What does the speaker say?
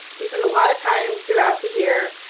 we spend a lot of time throughout the year